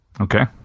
Okay